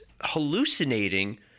hallucinating –